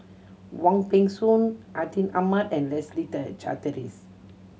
Wong Peng Soon Atin Amat and Leslie Charteris